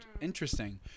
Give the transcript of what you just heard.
interesting